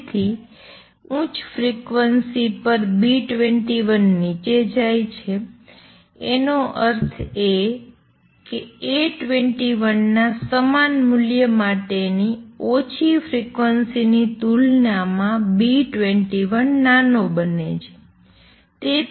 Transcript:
તેથી ઉચ્ચ ફ્રિક્વન્સી પર B21 નીચે જાય છે એનો અર્થ એ કે A21 ના સમાન મૂલ્ય માટેની ઓછી ફ્રિક્વન્સીની તુલનામાં B21 નાનો બને છે